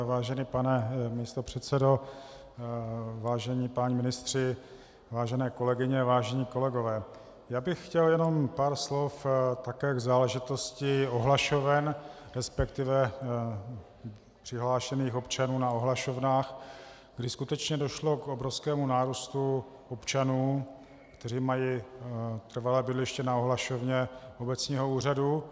Vážený pane místopředsedo, vážení páni ministři, vážené kolegyně, vážení kolegové, chtěl bych jenom pár slov také k záležitosti ohlašoven, respektive přihlášených občanů na ohlašovnách, kdy skutečně došlo k obrovskému nárůstu občanů, kteří mají trvalé bydliště na ohlašovně obecního úřadu.